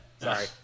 sorry